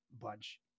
bunch